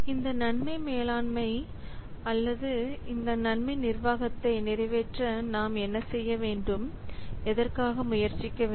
இந்த நன்மைகள் மேலாண்மை அல்லது இந்த நன்மை நிர்வாகத்தை நிறைவேற்ற நாம் என்ன செய்ய வேண்டும் எதற்காக முயற்சிக்க வேண்டும்